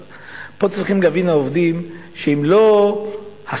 אבל פה צריכים העובדים להבין שאם לא השר